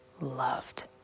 loved